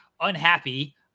unhappy